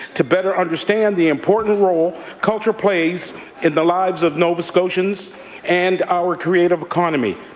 to better understand the important role culture plays in the lives of nova scotians and our creative economy.